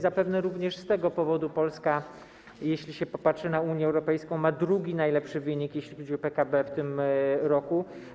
Zapewne również z tego powodu Polska, jeśli się popatrzy na Unię Europejską, ma drugi najlepszy wynik, jeśli idzie o PKB w tym roku.